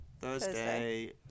Thursday